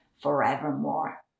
forevermore